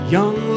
Young